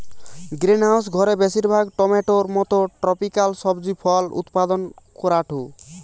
greenhouse ঘরে বেশিরভাগ টমেটোর মতো ট্রপিকাল সবজি ফল উৎপাদন করাঢু